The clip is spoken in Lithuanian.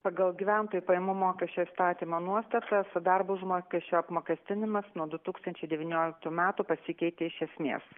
pagal gyventojų pajamų mokesčio įstatymo nuostatą su darbo užmokesčio apmokestinimas nuo du tūkstančiai devynioliktų metų pasikeitė iš esmės